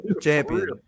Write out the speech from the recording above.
champion